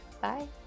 Bye